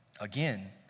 again